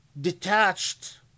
detached